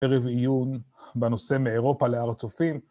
ערב עיון בנושא מאירופה להר הצופים.